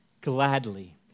Gladly